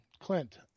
Clint